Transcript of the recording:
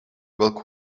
welk